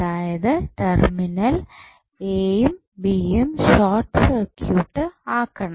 അതായത് terminal A യും B യും ഷോർട്ട് സർക്യൂട്ട് ആക്കണം